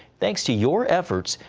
thanks to your efforts,